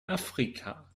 afrika